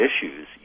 issues